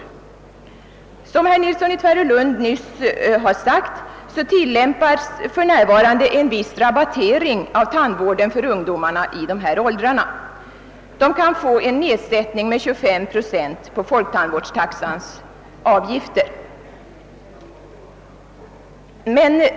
Såsom herr Nilsson i Tvärålund nyss sagt tillämpas för närvarande en viss rabattering av tandvården för ungdomar i åldrarna 17—19 år. Dessa kan få en nedsättning med 25 procent på folktandvårdstaxans avgifter.